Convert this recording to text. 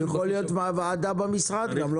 יכולה להיות ועדה במשרד גם.